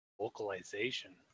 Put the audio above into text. Vocalization